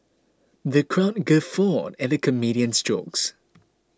the crowd guffawed at the comedian's jokes